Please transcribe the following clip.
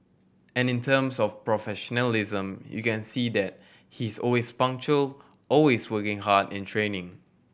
and in terms of professionalism you can see that he is always punctual always working hard in training